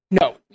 No